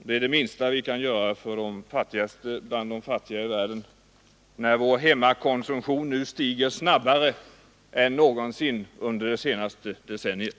Det är det minsta vi kan göra för de fattigaste bland de fattiga i världen, när vår hemmakonsumtion nu stiger snabbare än någonsin under det senaste decenniet.